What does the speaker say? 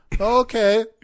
Okay